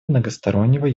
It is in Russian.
многостороннего